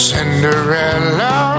Cinderella